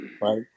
Right